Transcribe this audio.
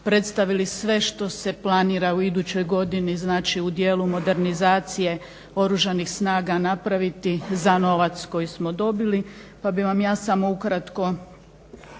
predstavili sve što se planira u idućoj godini, znači u dijelu modernizacije Oružanih snaga napraviti za novac koji smo dobili pa bih vam ja samo ukratko